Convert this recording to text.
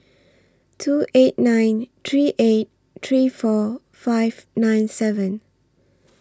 two eight nine three eight three four five nine seven